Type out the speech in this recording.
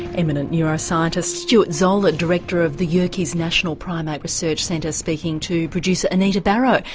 eminent neuroscientist stuart zola, director of the yerkes national primate research centre, speaking to producer anita barraud.